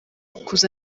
kuza